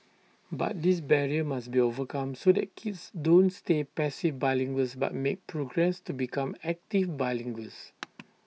but this barrier must be overcome so that kids don't stay passive bilinguals but make progress to become active bilinguals